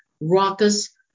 raucous